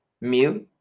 Mil